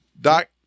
Doc